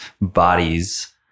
bodies